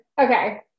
Okay